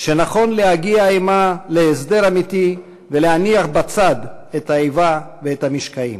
שנכון להגיע עמה להסדר אמיתי ולהניח בצד את האיבה ואת המשקעים.